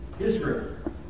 Israel